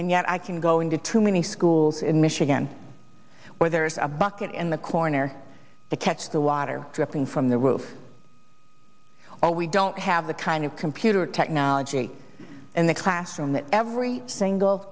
and yet i can go into too many schools in michigan where there is a bucket in the corner to catch the water dripping from the roof or we don't have the kind of computer technology in the classroom that every single